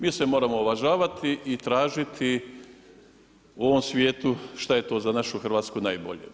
Mi se moramo uvažavati i tražiti u ovom svijetu šta je to za našu Hrvatsku najbolje.